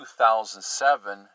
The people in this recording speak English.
2007